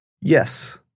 Yes